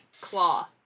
claw